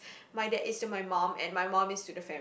my dad is to my mum and my mum is to the fame